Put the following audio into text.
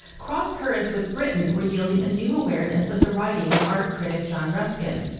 crosscurrents with britain were yielding a new awareness of the writing of art critic john ruskin.